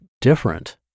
different